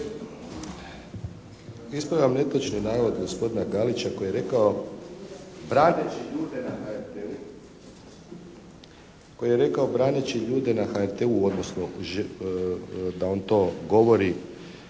Ispravljam netočni navod gospodina Galića koji je rekao braneći ljude na HRT-u, odnosno da on to govori